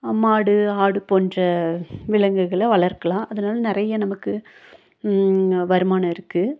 மாடு ஆடு போன்ற விலங்குகளை வளர்க்கலாம் அதனால் நிறையா நமக்கு வருமானம் இருக்குது